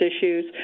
issues